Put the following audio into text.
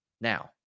Now